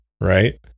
Right